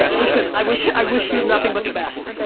ah listen i wish i wish you nothing but the best.